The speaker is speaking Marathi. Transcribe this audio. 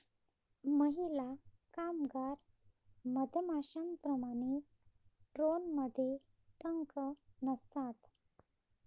महिला कामगार मधमाश्यांप्रमाणे, ड्रोनमध्ये डंक नसतात